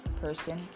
person